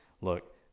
look